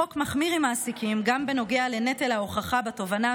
החוק מחמיר עם מעסיקים גם בנוגע לנטל ההוכחה בתובענה